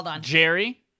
Jerry